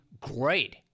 great